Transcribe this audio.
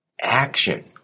action